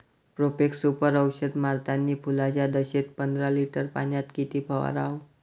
Profex Super औषध मारतानी फुलाच्या दशेत पंदरा लिटर पाण्यात किती फवाराव?